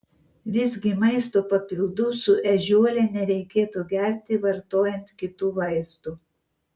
visgi maisto papildų su ežiuole nereikėtų gerti vartojant kitų vaistų